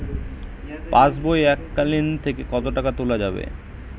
পাশবই এককালীন থেকে কত টাকা তোলা যাবে?